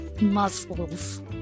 Muscles